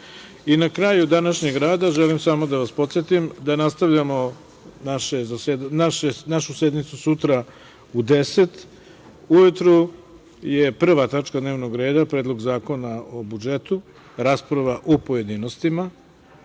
kraju današnjeg rada želim samo da vas podsetim da nastavljamo našu sednicu sutra. U 10.00 časova ujutru je prva tačka dnevnog reda - Predlog zakona o budžetu, rasprava u pojedinostima. Rasprava